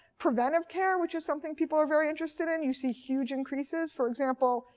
preventive care, which is something people are very interested in, you see huge increases. for example,